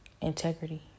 integrity